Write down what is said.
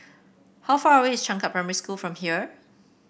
how far away is Changkat Primary School from here